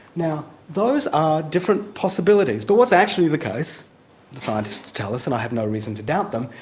now those are different possibilities, but what's actually the case scientists tell us, and i have no reason to doubt them,